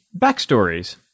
backstories